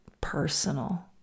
personal